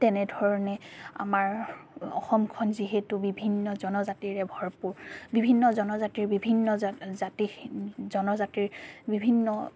তেনেধৰণে আমাৰ অসমখন যিহেতু বিভিন্ন জনজাতিৰে ভৰপূৰ বিভিন্ন জনজাতিৰ বিভিন্ন জাতি জনজাতিৰ বিভিন্ন